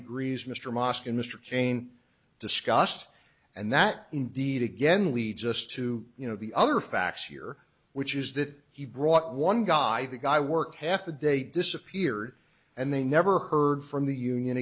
agrees mr mosque in mr cain discussed and that indeed again leads us to you know the other facts year which is that he brought one guy the guy worked half a day disappeared and they never heard from the union